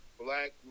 Black